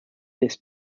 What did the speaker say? this